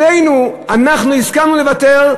אנחנו הסכמנו לוותר,